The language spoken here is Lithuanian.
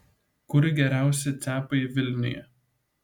kur geriausi cepai vilniuje